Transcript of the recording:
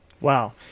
Wow